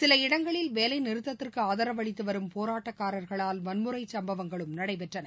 சில இடங்களில் வேலைநிறுத்தத்திற்குஆதரவு அளித்துவரும் போராட்டக்காரர்களால் வன்முறைச் சம்பவங்களும் நடைபெற்றன